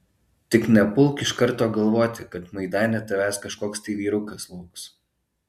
tik nepulk iš karto galvoti kad maidane tavęs kažkoks tai vyrukas lauks